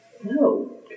No